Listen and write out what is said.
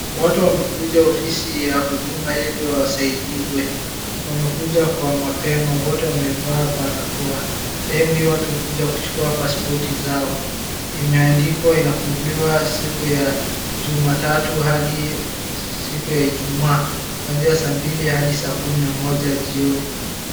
Watu wamekuja ofisi ya huduma ili wasaidiwe. Wamekuja kwa mapema, wote wamevaa barakoa. Sehemu hii watu hukuja kuchukua pasipoti zao. Imeandikwa inafunguliwa siku ya jumatatu hadi siku ya ijumaa, kuazia saa mbili hadi saa kumi na moja jioni.